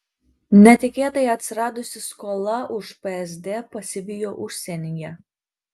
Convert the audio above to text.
netikėtai atsiradusi skola už psd pasivijo užsienyje